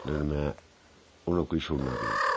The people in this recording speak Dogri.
लेकिन में ओह् नौकरी छोड़नी पेई